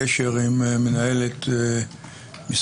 בקריאת החוק ולהעלות את הנקודות השונות שיש,